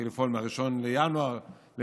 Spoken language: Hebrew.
זה התחיל לפעול ב-1 בינואר למניינם,